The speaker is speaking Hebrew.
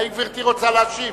האם גברתי רוצה להשיב?